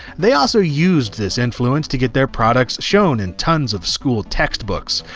they also used this influence to get their products shown in tons of school textbooks,